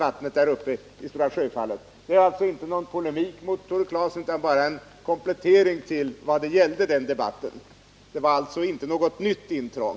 Det här är alltså inte någon polemik mot Tore Claeson, bara en komplettering till uppgifterna om vad den debatten gällde. Det rörde sig alltså där inte om något nytt intrång.